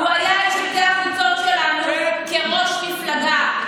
הוא היה על שלטי החוצות שלנו כראש מפלגה.